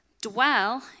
Dwell